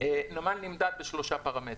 נמל נמדד בשלושה פרמטרים.